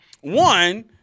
one